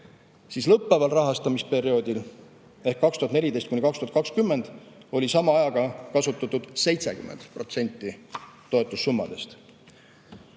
siis lõppeval rahastamisperioodil ehk 2014–2020 oli sama ajaga kasutatud 70% toetussummadest.